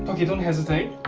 poki, don't hesitate.